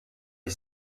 les